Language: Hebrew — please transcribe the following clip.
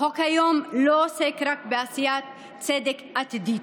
החוק היום לא עוסק רק בעשיית צדק עתידית,